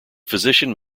physician